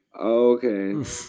Okay